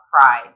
pride